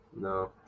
No